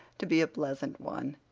to be a pleasant one.